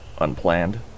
unplanned